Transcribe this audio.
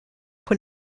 pour